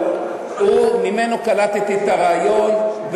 ממנו קלטתי את הרעיון.